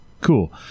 cool